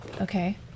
Okay